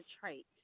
trait